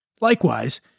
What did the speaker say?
Likewise